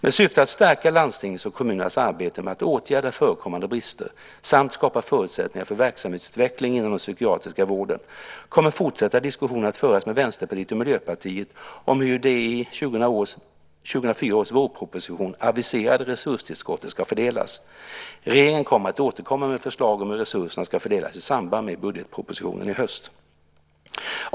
Med syfte att stärka landstingens och kommunernas arbete med att åtgärda förekommande brister samt skapa förutsättningar för verksamhetsutveckling inom den psykiatriska vården kommer fortsatta diskussioner att föras med Vänsterpartiet och Miljöpartiet om hur det i 2004 års vårproposition aviserade resurstillskottet ska fördelas. Regeringen kommer att återkomma med förslag om hur resurserna ska fördelas i samband med budgetpropositionen i höst.